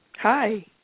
Hi